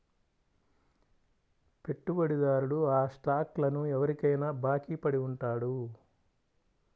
పెట్టుబడిదారుడు ఆ స్టాక్లను ఎవరికైనా బాకీ పడి ఉంటాడు